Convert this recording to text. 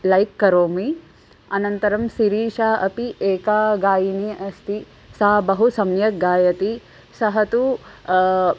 like करोमि अनन्तरं सिरीशा अपि एका गायिनी अस्ति सा बहु सम्यक् गायति सः तु